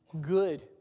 good